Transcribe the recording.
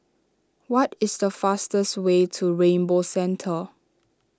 what is the fastest way to Rainbow Centre